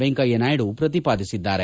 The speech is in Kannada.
ವೆಂಕಯ್ಯನಾಯ್ಡು ಪ್ರತಿಪಾದಿಸಿದ್ದಾರೆ